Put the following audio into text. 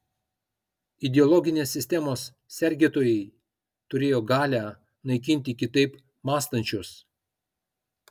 ideologinės sistemos sergėtojai turėjo galią naikinti kitaip mąstančius